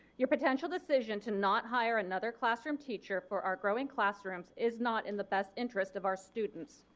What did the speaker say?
your potential decision to not hire another classroom teacher for our growing classrooms is not in the best interest of our students.